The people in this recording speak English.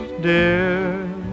dear